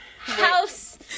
house